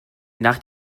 nach